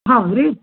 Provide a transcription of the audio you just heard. ಹೌದು ರೀ